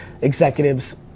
executives